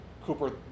Cooper